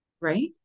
right